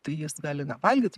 tai jis gali nevalgyt